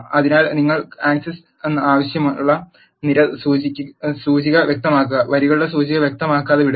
അതിനാൽ നിങ്ങൾക്ക് ആക്സസ് ആവശ്യമുള്ള നിര സൂചിക വ്യക്തമാക്കുക വരികളുടെ സൂചിക വ്യക്തമാക്കാതെ വിടുക